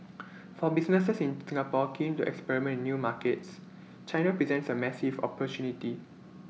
for businesses in Singapore keen to experiment in new markets China presents A massive opportunity